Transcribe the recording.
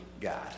God